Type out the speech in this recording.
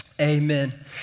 Amen